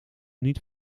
niet